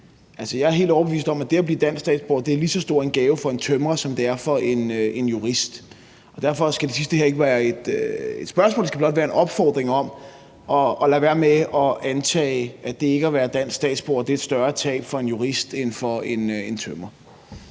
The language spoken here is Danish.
jeg er helt overbevist om, at det at blive dansk statsborger er en lige så stor gave for en tømrer, som det er for en jurist, og derfor skal det sidste her ikke være et spørgsmål; det skal blot være en opfordring til at lade være med at antage, at det ikke at være dansk statsborger er et større tab for en jurist end for en tømrer.